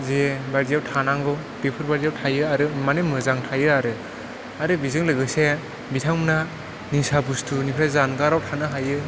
जे बादियाव थानांगौ बेफोरबादियाव थायो आरो माने मोजां थायो आरो आरो बिजों लोगोसे बिथांमोना निसा बुस्थुनिफ्राय जानगाराव थानो हायो